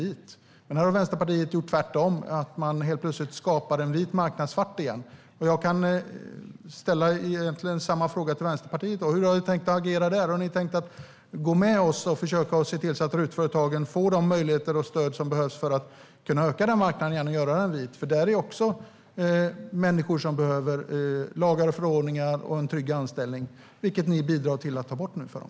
Här har alltså Vänsterpartiet gjort tvärtom och helt plötsligt gjort en vit marknad svart igen, och jag vill därför ställa samma fråga till Vänsterpartiet: Hur har ni tänkt agera? Har ni tänkt gå med oss och försöka se till att RUT-företagen får de möjligheter och stöd som behövs för att kunna öka den vita marknaden igen? Detta handlar ju också om människor som behöver lagar och förordningar och en trygg anställning, vilket ni bidrar till att ta bort för dem.